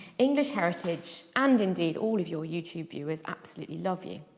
english heritage and indeed all of your youtube viewers absolutely love you.